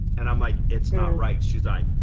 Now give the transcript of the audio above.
and i'm like, it's not right. she's like,